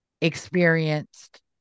experienced